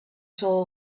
soul